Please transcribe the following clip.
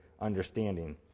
understanding